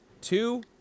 two